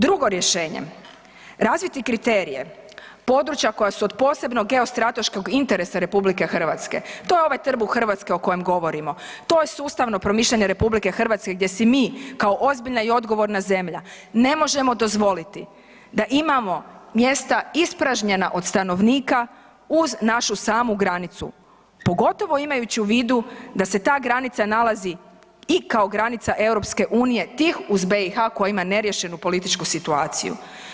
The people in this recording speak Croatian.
Drugo rješenje, razviti kriterije područja koja su od posebnog geostrateškog interesa RH, to je ovaj trbuh Hrvatske o kojem govorimo, to je sustavno promišljanje RH gdje si mi kao ozbiljna i odgovorna zemlja ne možemo dozvoliti da imamo mjesta ispražnjena od stanovnika uz našu samu granicu, pogotovo imajući u vidu da se ta granica nalazi i kao granica EU tik uz BiH koji ima neriješenu političku situaciju.